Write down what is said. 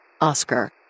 Oscar